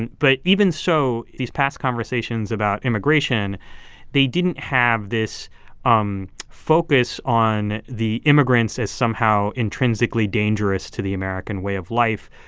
and but even so, these past conversations about immigration they didn't have this um focus on the immigrants as somehow intrinsically dangerous to the american way of life,